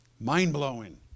Mind-blowing